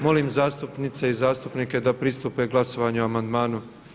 Molim zastupnice i zastupnike da pristupe glasovanju o amandmanu.